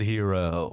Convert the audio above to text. Hero